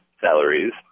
salaries